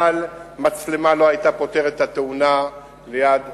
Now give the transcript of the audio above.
אבל מצלמה לא היתה פותרת את התאונה ליד ים-המלח,